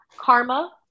Karma